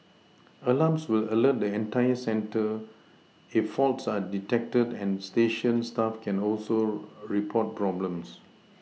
alarms will alert the centre if faults are detected and station staff can also report problems